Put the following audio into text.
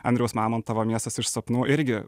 andriaus mamontovo miestas iš sapnų irgi